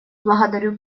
благодарю